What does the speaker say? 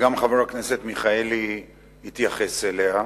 וגם חבר הכנסת מיכאלי התייחס אליה,